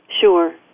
Sure